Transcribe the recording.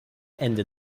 ende